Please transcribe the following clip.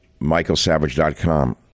michaelsavage.com